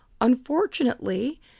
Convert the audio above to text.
Unfortunately